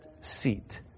seat